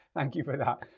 thank you for that.